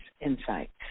insights